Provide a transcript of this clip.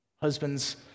Husbands